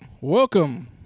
Welcome